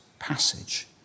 Passage